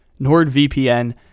NordVPN